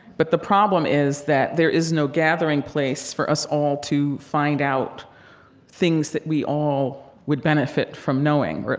but the problem is that there is no gathering place for us all to find out things that we all would benefit from knowing, really.